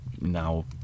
now